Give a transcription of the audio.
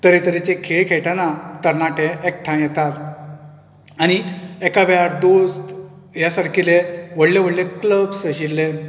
तरेतरेचें खेळ खेळटाना तरनाटे एकठांय येता आनी एका वेळार दोस्त या सारकिल्ले व्हडलें व्हडलें क्लब्स आशिल्ले